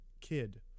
kid